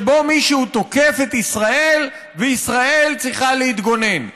שבו מישהו תוקף את ישראל וישראל צריכה להתגונן.